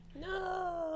No